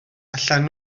allan